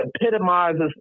epitomizes